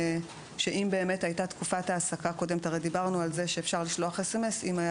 הרי דיברנו על זה שאפשר לשלוח מסרון אם באמת